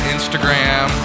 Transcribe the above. Instagram